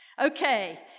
Okay